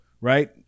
right